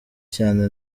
cyane